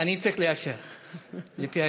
אני צריך לאשר כיושב-ראש.